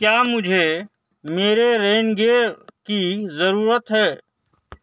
کیا مجھے میرے رین گیئر کی ضرورت ہے